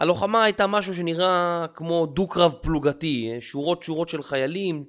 הלוחמה הייתה משהו שנראה כמו דו קרב פלוגתי, שורות שורות של חיילים